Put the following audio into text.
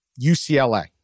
UCLA